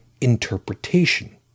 interpretation